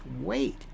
wait